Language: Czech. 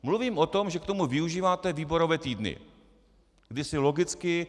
Mluvím o tom, že k tomu využíváte výborové týdny, kdy si logicky...